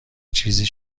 چیزی